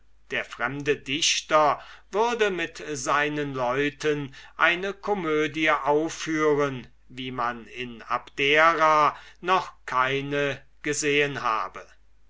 der fremde dichter würde mit seinen leuten eine komödie aufführen wie man in abdera noch keine gesehen habe